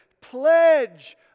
pledge